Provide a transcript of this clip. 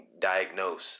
diagnose